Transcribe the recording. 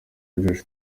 josh